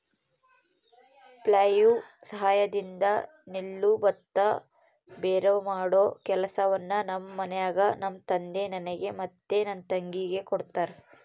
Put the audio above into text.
flail ಸಹಾಯದಿಂದ ನೆಲ್ಲು ಭತ್ತ ಭೇರೆಮಾಡೊ ಕೆಲಸವನ್ನ ನಮ್ಮ ಮನೆಗ ನಮ್ಮ ತಂದೆ ನನಗೆ ಮತ್ತೆ ನನ್ನ ತಂಗಿಗೆ ಕೊಡ್ತಾರಾ